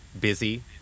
busy